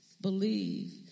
believe